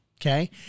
okay